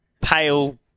pale